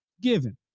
given